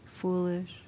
foolish